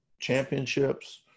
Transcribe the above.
championships